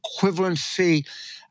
equivalency